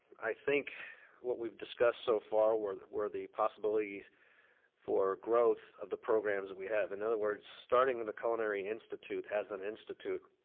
i think what we've discussed so far were the were the possibilities for growth of the programs that we have. in other words, starting in the culinary institute as an institute,